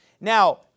Now